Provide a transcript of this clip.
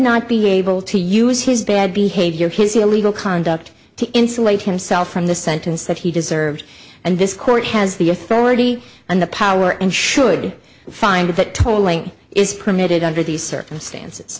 not be able to use his bad behavior his illegal conduct to insulate himself from the sentence that he deserves and this court has the authority and the power and should find that tolling is permitted under these circumstances